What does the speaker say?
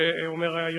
נתקבלה.